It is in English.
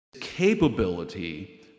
capability